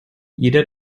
jeder